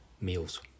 meals